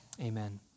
amen